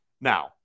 Now